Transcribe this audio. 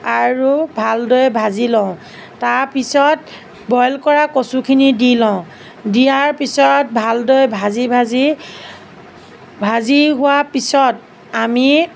আৰু ভালদৰে ভাজি লওঁ তাৰপিছত বইল কৰা কচুখিনি দি লওঁ দিয়াৰ পিছত ভালদৰে ভাজি ভাজি ভাজি হোৱাৰ পিছত আমি